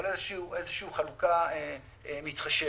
אבל חלוקה מתחשבת.